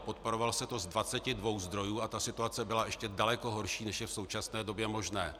Podporovalo se to z jedenácti zdrojů a ta situace byla ještě daleko horší, než je v současné době možné.